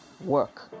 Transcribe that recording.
work